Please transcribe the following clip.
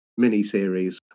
miniseries